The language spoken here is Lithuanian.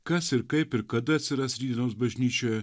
kas ir kaip ir kada atsiras rytdienos bažnyčioje